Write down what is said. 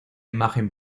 imagen